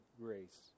grace